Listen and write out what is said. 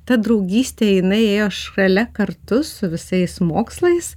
ta draugystė jinai ėjo šalia kartu su visais mokslais